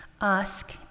Ask